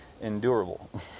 endurable